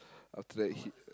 after that he uh